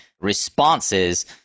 responses